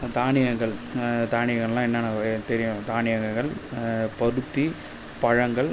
தானியங்கள் தானியங்கள்லாம் என்னான்ன தெரியும் தானியங்கள் பருத்தி பழங்கள்